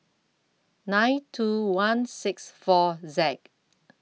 nine two one six four Z